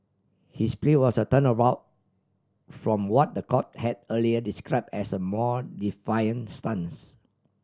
his plea was a turnabout from what the court had earlier describe as a more defiant stance